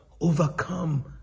overcome